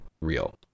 real